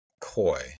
coy